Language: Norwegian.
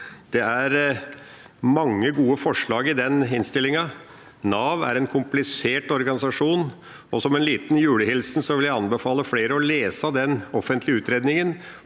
Det er mange gode forslag i den utredningen. Nav er en komplisert organisasjon, og som en liten julehilsen vil jeg anbefale flere å lese den offentlige utredningen,